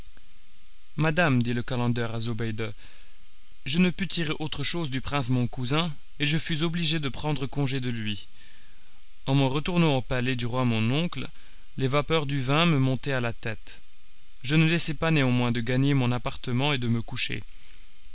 madame dit le calender à zobéide je ne pus tirer autre chose du prince mon cousin et je fus obligé de prendre congé de lui en m'en retournant au palais du roi mon oncle les vapeurs du vin me montaient à la tête je ne laissai pas néanmoins de gagner mon appartement et de me coucher